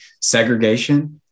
segregation